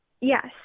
yes